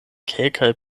kelkaj